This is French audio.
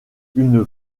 une